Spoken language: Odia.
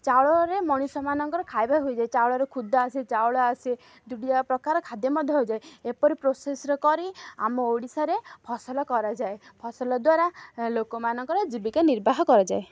ଚାଉଳରେ ମଣିଷ ମାନଙ୍କର ଖାଇବା ହୋଇଯାଏ ଚାଉଳରଖୁଦ ଆସେ ଚାଉଳ ଆସେ ଦୁଡ଼ିଆ ପ୍ରକାର ଖାଦ୍ୟ ମଧ୍ୟ ହୋଇଯାଏ ଏପରି ପ୍ରୋସେସ୍ରେ କରି ଆମ ଓଡ଼ିଶାରେ ଫସଲ କରାଯାଏ ଫସଲ ଦ୍ୱାରା ଲୋକମାନଙ୍କର ଜୀବିକା ନିର୍ବାହ କରାଯାଏ